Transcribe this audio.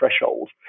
threshold